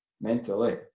mentally